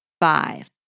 five